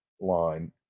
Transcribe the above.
line